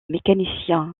mécanicien